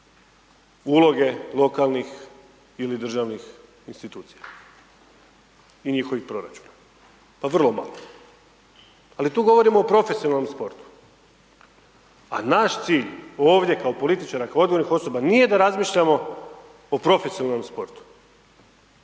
uloge lokalnih ili državnih institucija i njihovih proračuna. Pa vrlo malo. Ali tu govorimo o profesionalnom sportu. A naš cilj ovdje kao političara, kao odgovornih osoba nije da razmišljamo o profesionalnom sportu.